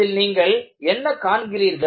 இதில் நீங்கள் என்ன காண்கிறீர்கள்